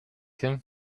him